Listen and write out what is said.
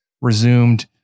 resumed